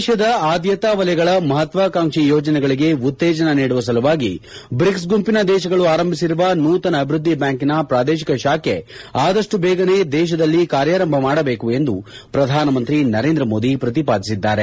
ದೇಶದ ಆದ್ಯತಾ ವಲಯಗಳ ಮಹತ್ವಾಕಾಂಕ್ಷಿ ಯೋಜನೆಗಳಿಗೆ ಉತ್ತೇಜನ ನೀಡುವ ಸಲುವಾಗಿ ಬ್ರಿಕ್ಸ್ ಗುಂಪಿನ ದೇಶಗಳು ಆರಂಭಿಸಿರುವ ನೂತನ ಅಭಿವ್ವದ್ದಿ ಬ್ಯಾಂಕಿನ ಪ್ರಾದೇಶಿಕ ಶಾಖೆ ಆದಷ್ಟು ಬೇಗನೆ ದೇಶದಲ್ಲಿ ಕಾರ್ಯಾರಂಭ ಮಾಡಬೇಕು ಎಂದು ಪ್ರಧಾನಮಂತ್ರಿ ನರೇಂದ್ರ ಮೋದಿ ಪ್ರತಿಪಾದಿಸಿದ್ದಾರೆ